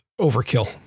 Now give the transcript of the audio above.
overkill